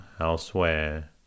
elsewhere